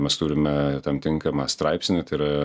mes turime tam tinkamą straipsnį tai yra